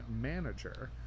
manager